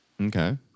Okay